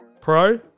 Pro